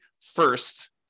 first